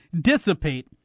dissipate